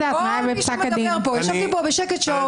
תקרא אותי לסדר.